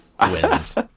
wins